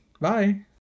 bye